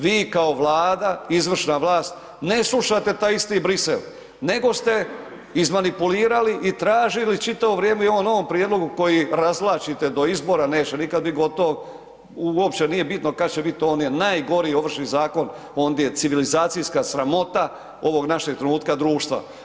Vi kao Vlada, izvršna vlast ne slušate taj isti Bruxelles nego ste izmanipulirali i tražili čitavo vrijeme, i u ovom novom prijedlogu koji razvlačite do izbora, neće nikad bit gotovo, uopće nije bitno kad će biti, on je najgori Ovršni zakon ondje, civilizacijska sramota, ovog našeg trenutka, društva.